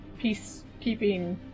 peacekeeping